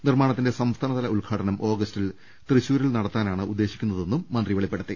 നിർമാണത്തിന്റെ സംസ്ഥാനതല ഉദ്ഘാടനം ഓഗസ്റ്റിൽ തൃശ്ശൂരിൽ നടത്താനാണ് ഉദ്ദേശിക്കുന്നതെന്നും മന്ത്രി വെളിപ്പെടുത്തി